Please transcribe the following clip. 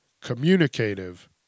communicative